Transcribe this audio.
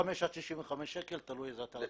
55-95 שקל, תלוי איזה אתר הטמנה.